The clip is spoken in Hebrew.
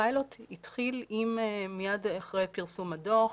הפיילוט התחיל מיד אחרי פרסום הדוח,